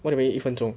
what do you mean 一分钟